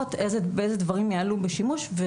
החלופות ואיזה דברים יעלו בשימוש.